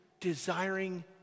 desiring